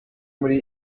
muri